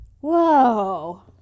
whoa